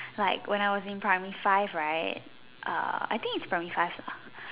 like when I was in primary five right uh I think is primary five lah